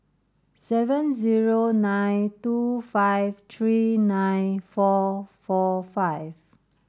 seven zero nine two five three nine four four five